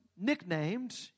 nicknamed